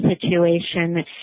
situation